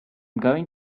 going